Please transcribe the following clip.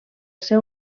ser